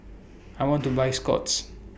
I want to Buy Scott's